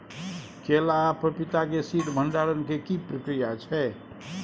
केला आ पपीता के शीत भंडारण के की प्रक्रिया छै?